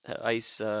ice –